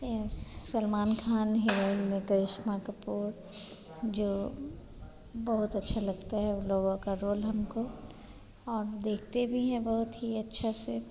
यह सलमान खान हीरोइन में करिश्मा कपूर जो बहुत अच्छे लगते हैं लोगों का रोल हमको और देखते भी हैं बहुत ही अच्छा से